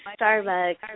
Starbucks